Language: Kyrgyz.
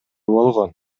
болгон